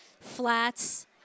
flats